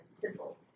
simple